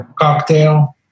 cocktail